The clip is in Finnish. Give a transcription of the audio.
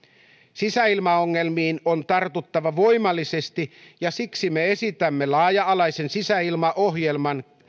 sisäilmaongelmiin on tartuttava voimallisesti ja siksi me esitämme laaja alaisen sisäilmaohjelman